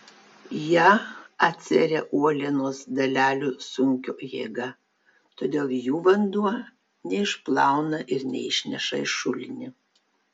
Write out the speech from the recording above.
ją atsveria uolienos dalelių sunkio jėga todėl jų vanduo neišplauna ir neišneša į šulinį